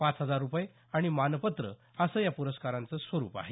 पाच हजार रुपये आणि मानपत्र असं या प्रस्काराचं स्वरुप आहे